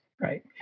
right